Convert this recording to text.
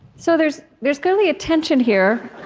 so there's there's going to be a tension here